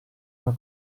una